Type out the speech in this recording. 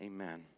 Amen